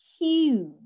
huge